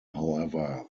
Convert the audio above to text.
however